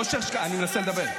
אושר שקלים, אני מנסה לדבר.